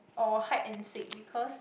or hide and seek because